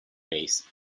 based